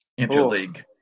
interleague